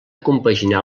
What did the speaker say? compaginar